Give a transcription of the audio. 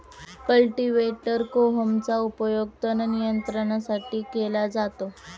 cultivator कोहमचा उपयोग तण नियंत्रणासाठी केला जातो